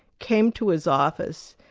came to his office,